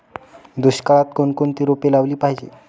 दुष्काळात कोणकोणती रोपे लावली पाहिजे?